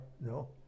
no